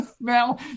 now